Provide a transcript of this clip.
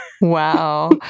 wow